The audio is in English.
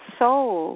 soul